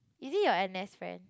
is it your N_S friend